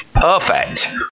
perfect